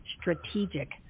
strategic